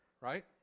right